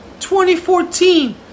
2014